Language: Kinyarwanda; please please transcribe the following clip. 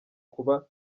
kuba